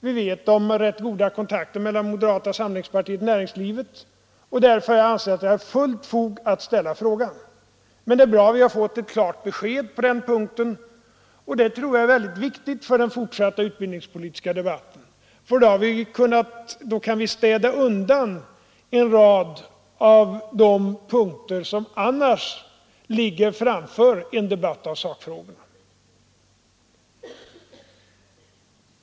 Vi vet att det är rätt goda kontakter mellan moderata samlingspartiet och näringslivet, och därför har jag ansett att jag har fullt fog att ställa frågan. Men det är bra att vi har fått ett klart besked på den punkten. Det tror jag är väldigt viktigt för den utbildningspolitiska debatten, för då kan vi städa undan en rad av de punkter som annars ligger framför en debatt i sakfrågorna.